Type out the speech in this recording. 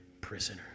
prisoner